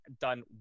done